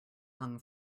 hung